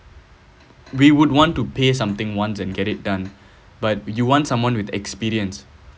we would want to pay something once and get it done but you want someone with experience